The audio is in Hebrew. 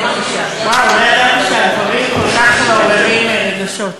לא ידעתי שהדברים כל כך מעוררים רגשות.